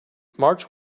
march